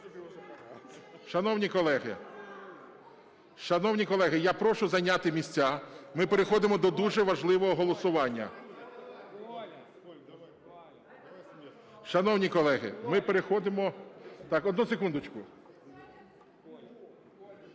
Шановні колеги, я прошу зайняти місця. Ми переходимо до дуже важливого голосування. Шановні колеги, ми переходимо... Так, одну секундочку. (Шум